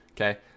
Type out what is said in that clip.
Okay